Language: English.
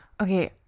okay